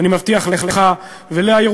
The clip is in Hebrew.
אני מבטיח לך ולירושלמים,